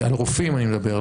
על רופאים אני מדבר,